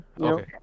Okay